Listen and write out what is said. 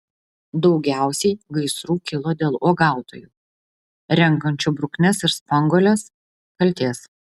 daugiausiai gaisrų kilo dėl uogautojų renkančių bruknes ir spanguoles kaltės